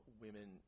women